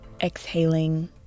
exhaling